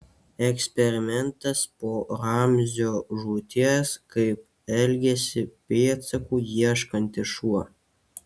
eksperimentas po ramzio žūties kaip elgiasi pėdsakų ieškantis šuo